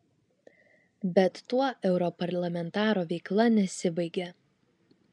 bet tuo europarlamentaro veikla nesibaigia